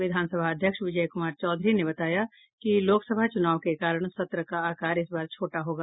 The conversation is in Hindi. विधानसभा अध्यक्ष विजय कुमार चौधरी ने बताया कि लोकसभा चुनाव के कारण सत्र का आकार इस बार छोटा होगा